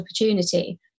opportunity